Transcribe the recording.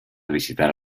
visitar